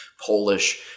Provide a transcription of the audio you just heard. Polish